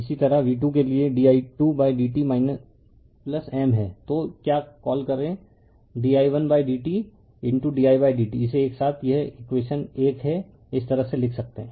इसी तरह v2 के लिए di2by dt M हैं तो क्या कॉल करेंdi1dt didt इसे एक साथ यह इकवेशन 1 है इस तरह से लिख सकते हैं